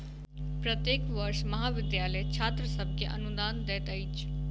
प्रत्येक वर्ष महाविद्यालय छात्र सभ के अनुदान दैत अछि